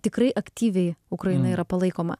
tikrai aktyviai ukraina yra palaikoma